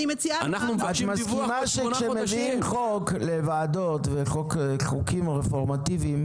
את מסכימה שכשמביאים חוק לוועדות וחוקים רפורמטיביים